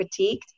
critiqued